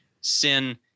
sin